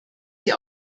sie